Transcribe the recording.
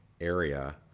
area